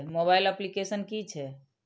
Mobile application कि छै?